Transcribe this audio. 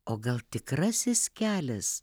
o gal tikrasis kelias